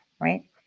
right